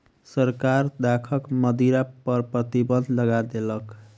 सरकार दाखक मदिरा पर प्रतिबन्ध लगा देलक